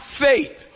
faith